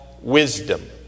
wisdom